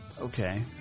okay